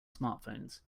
smartphones